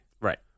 Right